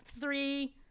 three